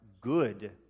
good